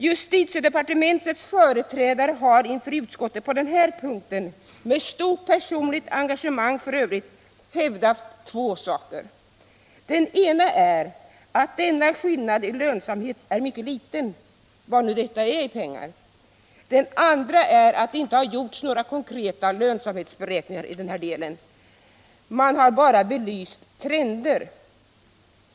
Justitiedepartementets företrädare har inför utskottet på den här punkten — med stort personligt engagemang f. ö. — hävdat två saker. Den ena är att denna skillnad i lönsamhet är mycket liten — vad nu detta är i pengar. Den andra är att det inte har gjorts några konkreta lönsamhetsberäkningar i den här delen — man har bara belyst trender.